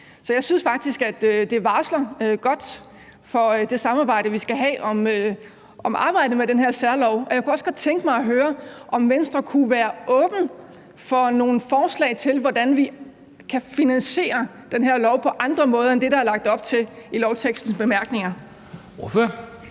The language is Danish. Så jeg synes faktisk, at det varsler godt for det samarbejde, vi skal have om den her særlov, og jeg kunne også godt tænke mig at høre, om Venstre kunne være åben for nogle forslag til, hvordan vi kan finansiere den her lov på andre måder end det, der er lagt op til i lovtekstens bemærkninger. Kl.